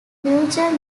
mature